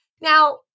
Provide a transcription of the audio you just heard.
Now